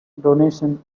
donations